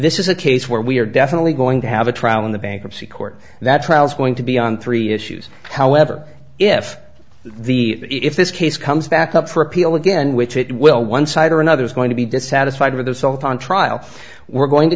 this is a case where we are definitely going to have a trial in the bankruptcy court that trial is going to be on three issues however if the if this case comes back up for appeal again which it will one side or another is going to be dissatisfied with themself on trial we're going to